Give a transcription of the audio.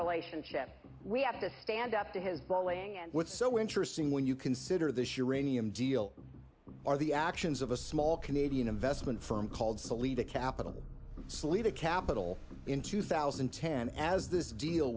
relationship we have to stand up to his bowling and what's so interesting when you consider this uranium deal are the actions of a small canadian investment firm called salita capital salita capital in two thousand and ten as this deal